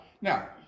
Now